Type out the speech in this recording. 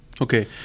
Okay